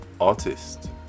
artist